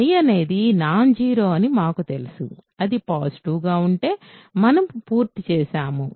I అనేది non zero అని మాకు తెలుసు అది పాజిటివ్ గా ఉంటే మనము పూర్తి చేసాము